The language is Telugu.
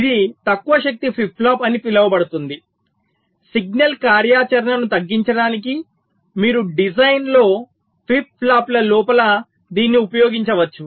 ఇది తక్కువ శక్తి ఫ్లిప్ ఫ్లాప్ అని పిలవబడుతుంది సిగ్నల్ కార్యాచరణను తగ్గించడానికి మీరు డిజైన్లో ఫ్లిప్ ఫ్లాప్ల లోపల దీనిని ఉపయోగించవచ్చు